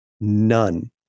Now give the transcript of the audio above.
None